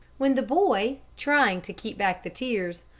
when the boy, trying to keep back the tears,